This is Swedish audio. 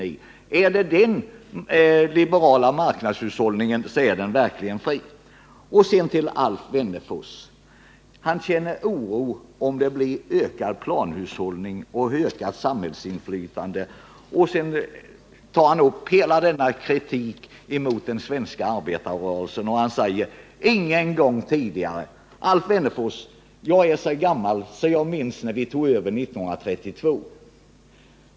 En sådan form av liberal marknadshushållning är verkligen fri. Alf Wennerfors säger sig känna oro inför tanken på ökad planhushållning och ökat samhällsinflytande samt framför kritik mot den svenska arbetarrörelsen. Han säger också att det aldrig varit så illa ställt i det svenska samhället som vid regeringsskiftet 1976. Men jag är tillräckligt gammal för att komma ihåg hur det var när vi socialdemokrater tog över 1932.